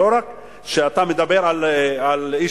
לא רק שאתה מדבר על אי-שוויון,